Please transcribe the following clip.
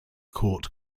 court